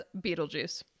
beetlejuice